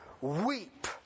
weep